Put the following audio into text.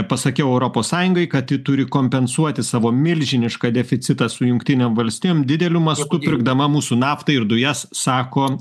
pasakiau europos sąjungai kad ji turi kompensuoti savo milžinišką deficitą su jungtinėm valstijom dideliu mastu pirkdama mūsų naftą ir dujas sako